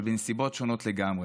אבל בנסיבות שונות לגמרי.